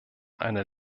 einer